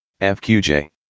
FQJ